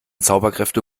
zauberkräfte